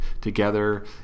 together